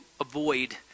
avoid